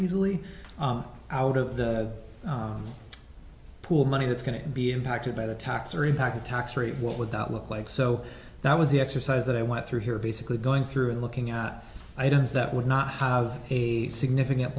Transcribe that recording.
easily out of the pool money that's going to be impacted by the tax or impact tax rate what would that look like so that was the exercise that i went through here basically going through and looking at items that would not have a significant